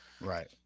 right